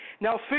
Now